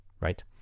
Right